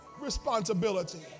responsibility